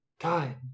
God